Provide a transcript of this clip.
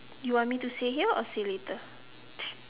you mean to say here or say later